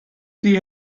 sie